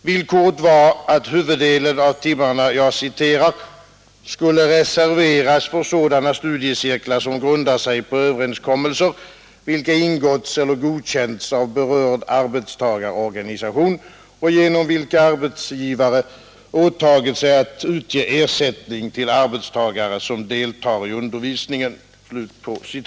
Villkoret var att huvuddelen av timmarna ”skulle reserveras för sådana studiecirklar som grundar sig på överenskommelser, vilka ingåtts eller godkänts av berörd arbetstagarorganisation och genom vilka arbetsgivare åtagit sig att utge ersättning till arbetstagare som deltar i undervisningen”.